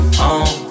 home